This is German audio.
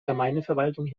gemeindeverwaltung